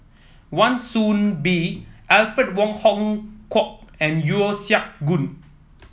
Wan Soon Bee Alfred Wong Hong Kwok and Yeo Siak Goon